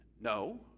No